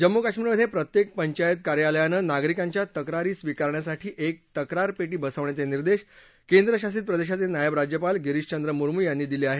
जम्मू काश्मीरमधे प्रत्येक पंचायत कार्यालयान नागरिकांच्या तक्रारी स्वीकारण्यासाठी एक तक्रार पेटी बसवण्याचे निर्देश या केंद्र शासित प्रदेशाचे नायब राज्यपाल गिरीशचंद्र मुसम् यांनी दिले आहेत